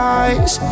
eyes